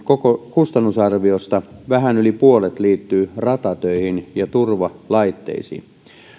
kustannusarviosta vähän yli puolet liittyy ratatöihin ja turvalaitteisiin